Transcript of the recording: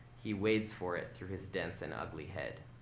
he wades for it, through his dense and ugly head.